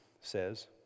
says